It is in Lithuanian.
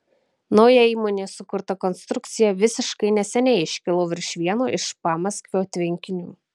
nauja įmonės sukurta konstrukcija visiškai neseniai iškilo virš vieno iš pamaskvio tvenkinių